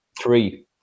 three